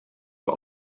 nur